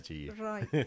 Right